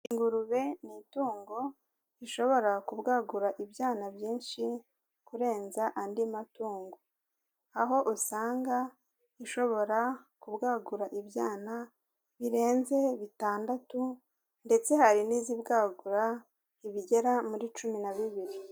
Ingurube ni itungo rishobora kubwagura ibyana byinshi kurenza andi matungo, aho usanga ishobora kubwagura ibyana birenze bitandatu ndetse hari n'izibwagura ibigera muri cumi na bibiri.